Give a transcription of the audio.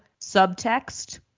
subtext